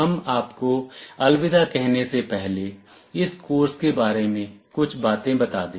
हम आपको अलविदा कहने से पहले इस कोर्स के बारे में कुछ बातें बता दें